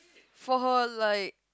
for her like